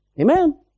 Amen